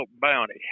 Bounty